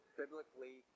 biblically